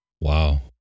Wow